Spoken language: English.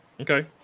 Okay